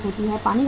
पानी का खर्च है